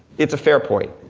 it's a fair point.